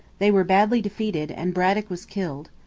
they were badly defeated, and braddock was killed.